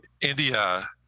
India